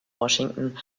washington